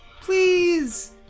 Please